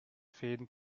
fäden